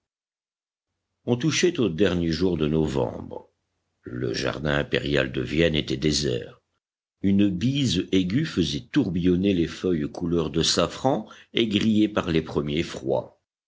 on touchait aux derniers jours de novembre le jardin impérial de vienne était désert une bise aiguë faisait tourbillonner les feuilles couleur de safran et grillées par les premiers froids